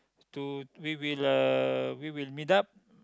to we will uh we will meet up